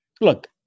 look